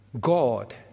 God